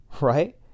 Right